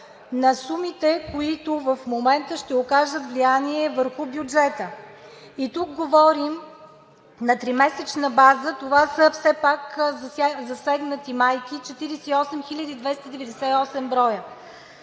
на сумите, които в момента ще окажат влияние върху бюджета. Тук говорим на тримесечна база. Това са все пак засегнати майки – 48 хил.